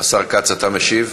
השר כץ, אתה משיב?